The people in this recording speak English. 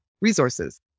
resources